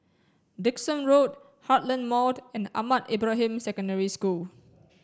Dickson Road Heartland Mall and Ahmad Ibrahim Secondary School